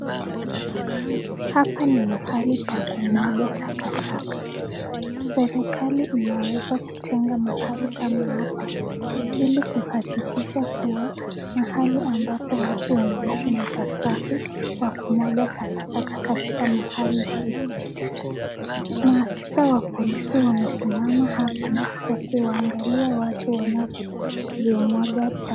Hapa ni mahali pa kumwaga takataka serikali inaweza kutenga mahali kama hapa ili kuhakikisha kuwa mahali ambapo watu wanaishi ni pasafi kwa kumwaga takataka katika mahali hii. Maafisa wa polisi wamesimama hapa wakiwaangalia watu wanavyomwaga takataka.